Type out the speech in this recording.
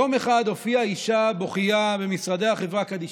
יום אחד הופיעה אישה בוכייה במשרדי החברה קדישא.